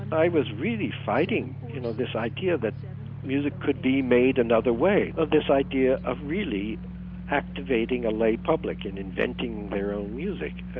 i was really fighting, you know this idea that music could be made another way. this idea of really activating a lay public and inventing their own music.